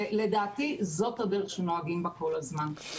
ולדעתי זו הדרך שנוהגים בה כל הזמן.